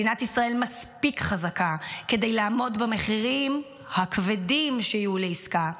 מדינת ישראל מספיק חזקה כדי לעמוד במחירים הכבדים שיהיו לעסקה.